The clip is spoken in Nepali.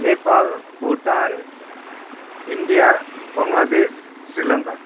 नेपाल भुटान इन्डिया बङ्गलादेश श्रीलङ्का